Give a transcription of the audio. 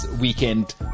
weekend